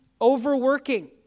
overworking